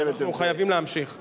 אנחנו חייבים להמשיך.